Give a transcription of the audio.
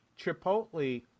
Chipotle